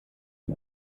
mit